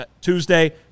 Tuesday